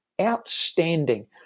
outstanding